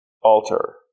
alter